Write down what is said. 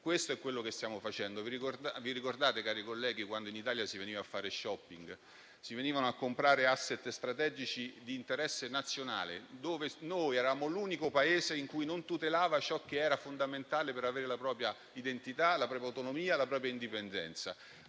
Questo è quello che stiamo facendo. Ricordate, cari colleghi, quando in Italia si veniva a fare *shopping*? Si venivano a comprare *asset* strategici di interesse nazionale, in quanto il nostro era l'unico Paese che non tutelava ciò che era fondamentale per avere la propria identità, la propria autonomia, la propria indipendenza.